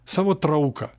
savo trauką